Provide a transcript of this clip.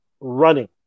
running